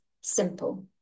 simple